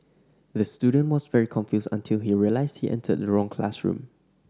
the student was very confused until he realised he entered the wrong classroom